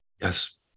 Yes